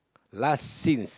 last since